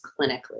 clinically